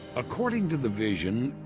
according to the vision,